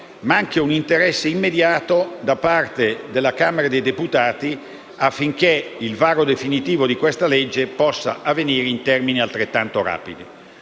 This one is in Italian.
ma anche un interesse immediato della Camera dei deputati affinché il varo definitivo della legge possa avvenire in termini altrettanto rapidi.